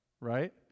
right